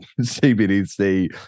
cbdc